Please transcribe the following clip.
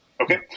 Okay